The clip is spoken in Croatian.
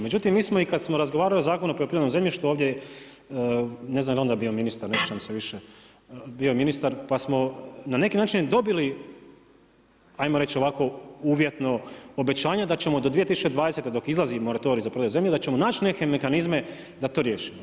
Međutim, mi smo i kad smo razgovarali o Zakonu o poljoprivrednom zemljištu, ne znam je li onda bio ministar, ne sjećam se više, bio ministar, pa smo na neki način i dobili, ajmo reći, ovako, uvjetno obećavanje, da ćemo do 2020. dok izlazi moratorij za prodaju zemlje, da ćemo naći neke mehanizme, da to riješimo.